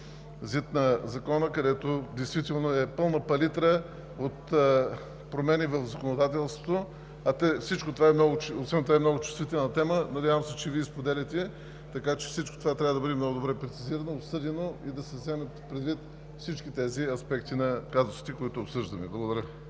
ЗИД на Закона, където действително е пълна палитрата от промени в законодателството, а освен това е много чувствителна тема. Надявам се, че Вие споделяте, така че всичко това трябва да бъде много добре прецизирано, обсъдено и да се вземат всички тези аспекти на казусите, които обсъждаме. Благодаря.